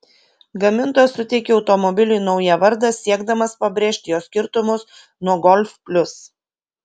gamintojas suteikė automobiliui naują vardą siekdamas pabrėžti jo skirtumus nuo golf plius